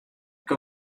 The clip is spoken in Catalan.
que